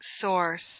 source